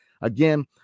again